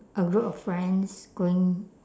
a group of friends going